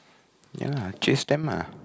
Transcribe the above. yeah chase them ah